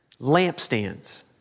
lampstands